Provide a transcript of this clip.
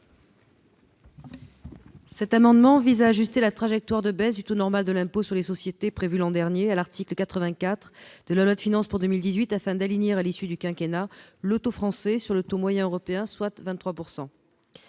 Cet amendement vise à ajuster la trajectoire de baisse du taux normal de l'impôt sur les sociétés prévue l'an dernier à l'article 84 de la loi de finances pour 2018 afin d'aligner, à l'issue du quinquennat, le taux français sur le taux moyen européen, soit 23 %.